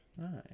nice